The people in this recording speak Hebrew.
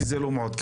כי זה לא מעודכן.